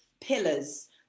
pillars